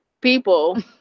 people